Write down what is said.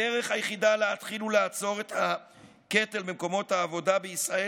הדרך היחידה להתחיל לעצור את הקטל במקומות העבודה בישראל